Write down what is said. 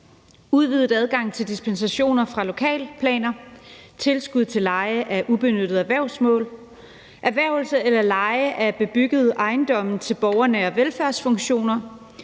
udvidet adgang til dispensationer fra lokalplaner, tilskud til leje af ubenyttede erhvervsmål, erhvervelse eller leje af bebyggede ejendomme til borgernær velfærdsfunktioner,